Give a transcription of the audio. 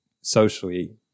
socially